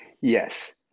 yes